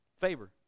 favor